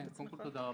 קודם כול, תודה רבה.